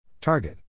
Target